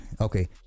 okay